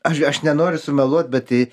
aš aš nenoriu sumeluot bet i